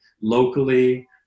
locally